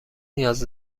نیاز